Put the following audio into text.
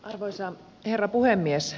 arvoisa herra puhemies